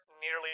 nearly